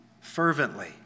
fervently